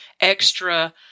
extra